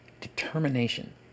determination